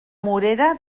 morera